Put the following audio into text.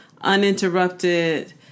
uninterrupted